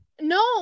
No